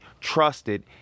trusted